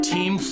Team